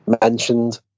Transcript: Mentioned